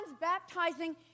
baptizing